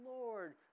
Lord